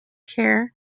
care